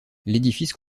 l’édifice